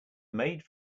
made